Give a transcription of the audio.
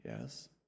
Yes